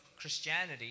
Christianity